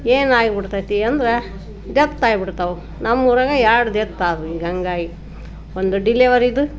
ಏನು ಆಗ್ಬಿಡ್ತೈತಿ ಅಂದರೆ ಡೆತ್ ಆಗ್ಬಿಡ್ತಾವ ನಮ್ಮೂರಾಗ ಎರಡು ಡೆತ್ ಆದವು ಹಾಗಾಗಿ ಒಂದು ಡಿಲವರಿದು